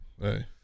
Hey